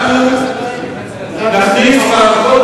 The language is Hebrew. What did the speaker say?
שום דבר לא למדת,